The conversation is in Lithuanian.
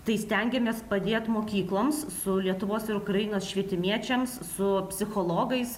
tai stengiamės padėt mokykloms su lietuvos ir ukrainos švietimiečiams su psichologais